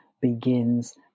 begins